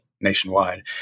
nationwide